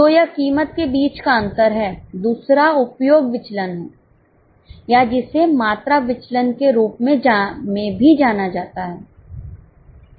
तो यह कीमत के बीच का अंतर है दूसरा उपयोग विचलन है या जिसे मात्रा विचलन के रूप में भी जाना जाता है